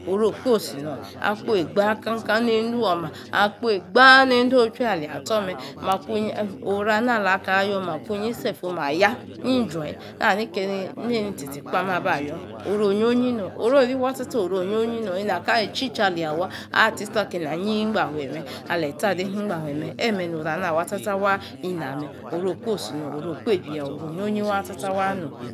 Oru okposi nom. Akpoi gba kanka neiyein du oma. Akpoi gba neide ochui aleyi atchor me ma kunyi oro na alaka yoor makunyi sef omaya nii jue na hani eini tsi tsi kpa aba yoor oro onyoyi nom ororiwa cha cha oruon yoyi nom ina kali itchicha a le yi wa a tsi tchor a keina yii ingbahe me ale yi icthi adei ningbahe me. Eme nor oruana wa cha cha waa ina me oru okposi nom oruo kpeibi ya oro onyoyi waa nom